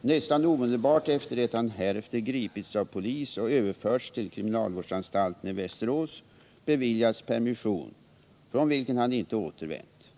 nästan omedelbart efter det att han härefter gripits av polis och överförts till kriminalvårdsanstalten i Västerås beviljats permission, från vilken han inte återvänt.